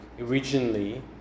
originally